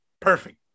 Perfect